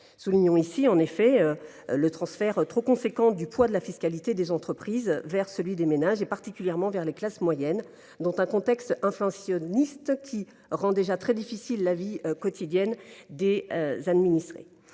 Soulignons ici en effet le transfert trop important du poids de la fiscalité des entreprises vers les ménages, particulièrement vers les classes moyennes, dans un contexte inflationniste qui rend déjà très difficile la vie quotidienne des administrés.